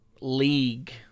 league